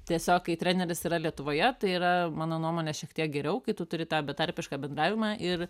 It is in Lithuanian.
tiesiog kai treneris yra lietuvoje tai yra mano nuomone šiek tiek geriau kai tu turi tą betarpišką bendravimą ir